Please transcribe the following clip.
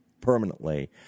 permanently